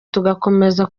tugakomeza